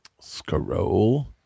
Scroll